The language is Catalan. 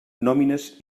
nòmines